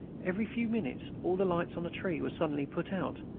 every few minutes all the lights on a tree were suddenly put out,